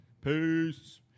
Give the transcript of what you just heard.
Peace